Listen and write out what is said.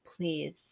please